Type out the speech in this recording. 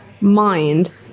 mind